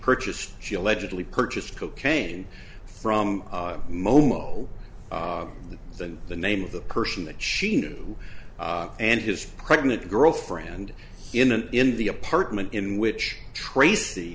purchased she allegedly purchased cocaine from momo than the name of the person that she knew and his pregnant girlfriend in an in the apartment in which trac